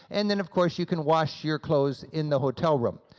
and then of course you can wash your clothes in the hotel room.